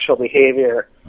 behavior